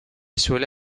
suele